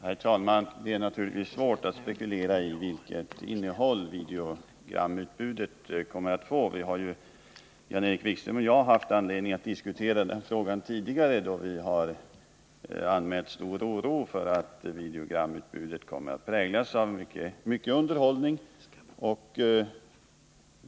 Herr talman! Det är naturligtvis svårt att spekulera i vilket innehåll videogramutbudet kommer att få. Jan-Erik Wikström och jag har haft anledning diskutera den frågan tidigare, då vi har anmält stor oro för att videogramutbudet kommer att präglas av mycket underhållning.